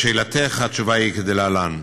לשאלתך, התשובה היא כדלהלן.